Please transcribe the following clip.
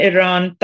Iran